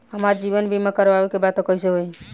हमार जीवन बीमा करवावे के बा त कैसे होई?